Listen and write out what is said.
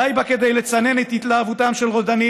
די בה כדי לצנן את התלהבותם של רודנים